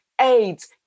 AIDS